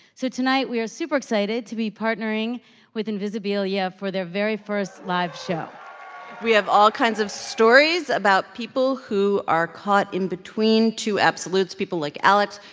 so tonight, we are super excited to be partnering with invisibilia for their very first live show we have all kinds of stories about people who are caught in between two absolutes, people like alex,